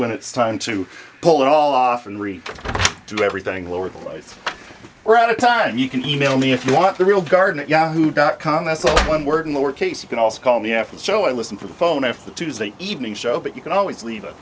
when it's time to pull it all off and do everything lower the lights were out of time you can email me if you want the real garden at yahoo dot com that's one word in lowercase you can also call me after the show i listen for the phone after tuesday evening show but you can always leave a